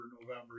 November